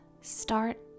start